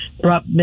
brought